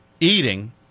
eating